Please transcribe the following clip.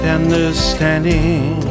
understanding